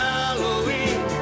Halloween